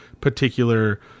particular